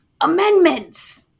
amendments